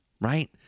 Right